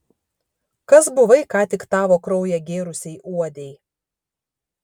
kas buvai ką tik tavo kraują gėrusiai uodei